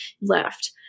left